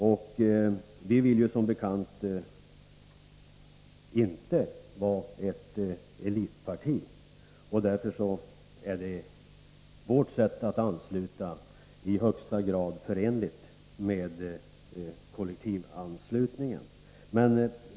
Men vi vill som bekant inte vara ett elitparti, och därför är vårt sätt att ansluta medlemmar i högsta grad förenligt med kollektivanslutningen.